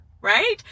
Right